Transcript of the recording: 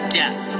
death